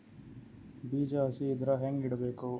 ಬೀಜ ಹಸಿ ಇದ್ರ ಹ್ಯಾಂಗ್ ಇಡಬೇಕು?